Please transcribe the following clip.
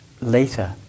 later